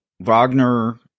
Wagner